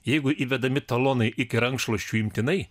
jeigu įvedami talonai iki rankšluosčių imtinai